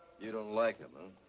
you don't like them?